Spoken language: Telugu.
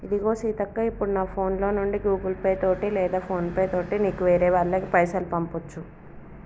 ఇదిగో సీతక్క ఇప్పుడు నా ఫోన్ లో నుండి గూగుల్ పే తోటి లేదా ఫోన్ పే తోటి నీకు వేరే వాళ్ళకి పైసలు పంపొచ్చు